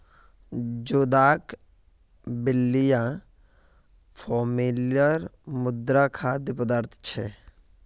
जोदाक बिब्लिया फॅमिलीर समुद्री खाद्य पदार्थ छे